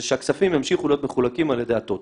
שהכספים ימשיכו להיות מחולקים על ידי הטוטו.